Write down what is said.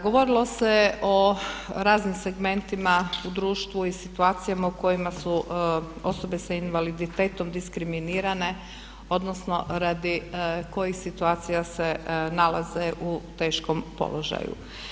Govorilo se o raznim segmentima u društvu i situacijama u kojima su osobe s invaliditetom diskriminirane odnosno radi kojih situacija se nalaze u teškom položaju.